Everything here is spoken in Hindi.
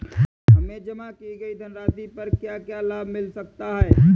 हमें जमा की गई धनराशि पर क्या क्या लाभ मिल सकता है?